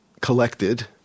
collected